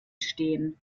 stehen